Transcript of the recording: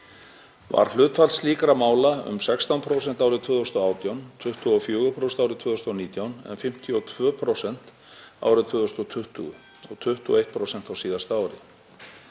Var hlutfall slíkra mála um 16% árið 2018, 24% árið 2019 en 52% árið 2020 og 21% frá síðasta ári.